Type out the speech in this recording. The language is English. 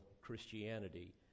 Christianity